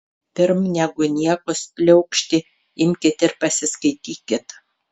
pirm negu niekus pliaukšti imkit ir pasiskaitykit